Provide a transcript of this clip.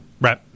Right